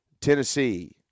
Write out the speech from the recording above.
Tennessee